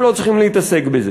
הם לא צריכים להתעסק בזה.